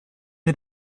wir